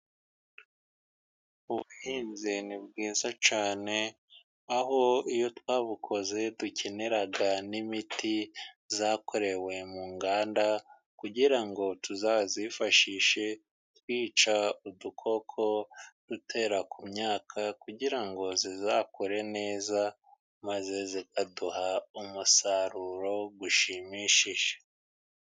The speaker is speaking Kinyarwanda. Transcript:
Ubuhinzi ni bwiza cyane aho iyo twabukoze dukenera n'imiti yakorewe mu nganda, kugira ngo tuzayifashishe twica udukoko dutera ku myaka, kugira ngo izakure neza maze iduha umusaruro ushimishije.